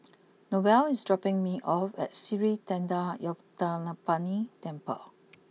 Noel is dropping me off at Sri Thendayuthapani Temple